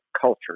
culture